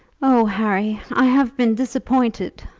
oh, harry, i have been disappointed!